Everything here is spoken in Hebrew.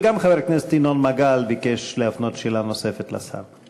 וגם חבר הכנסת ינון מגל ביקש להפנות שאלה נוספת לשר.